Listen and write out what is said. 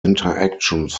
interactions